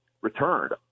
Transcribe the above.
returned